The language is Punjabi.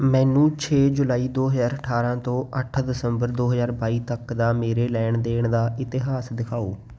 ਮੈਨੂੰ ਛੇ ਜੁਲਾਈ ਦੋ ਹਜ਼ਾਰ ਅਠਾਰਾਂ ਤੋਂ ਅੱਠ ਦਸੰਬਰ ਦੋ ਹਜ਼ਾਰ ਬਾਈ ਤੱਕ ਦਾ ਮੇਰੇ ਲੈਣ ਦੇਣ ਦਾ ਇਤਿਹਾਸ ਦਿਖਾਓ